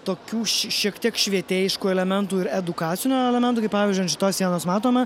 tokių ši šiek tiek švietėjiškų elementų ir edukacinių elementų kaip pavyzdžiui ant šitos sienos matome